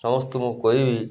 ସମସ୍ତେ ମୁଁ କହିବି